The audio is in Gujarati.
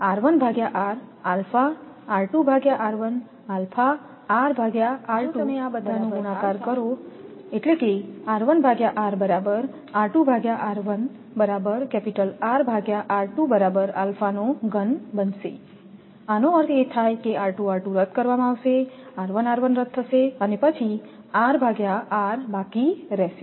કારણ કે બધાનો ગુણાકાર કરો આનો અર્થ એ થાય કેરદ કરવામાં આવશે રદ થશે પછી બાકી રહેશે